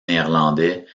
néerlandais